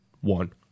one